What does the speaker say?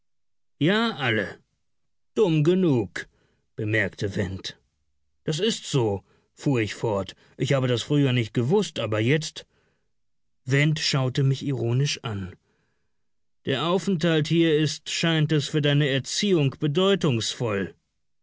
ja alle dumm genug bemerkte went das ist so fuhr ich fort ich habe das früher nicht gewußt aber jetzt went schaute mich ironisch an der aufenthalt hier ist scheint es für deine erziehung bedeutungsvoll